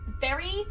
very-